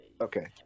Okay